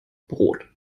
brot